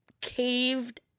caved